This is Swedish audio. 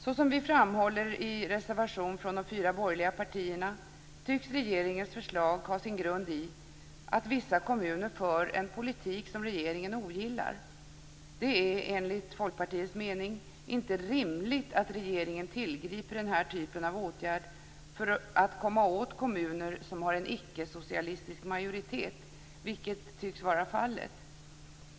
Såsom vi framhåller i en reservation från de fyra borgerliga partierna tycks regeringens förslag ha sin grund i att vissa kommuner för en politik som regeringen ogillar. Det är, enligt Folkpartiets mening, inte rimligt att regeringen tillgriper den här typen av åtgärd för att komma åt kommuner som har en ickesocialistisk majoritet, vilket tycks vara fallet.